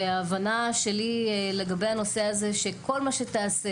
וההבנה שלי היא שכל מה שתעשה